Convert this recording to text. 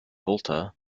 volta